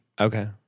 Okay